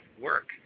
work